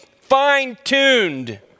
fine-tuned